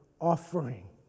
offering